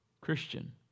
Christian